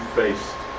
faced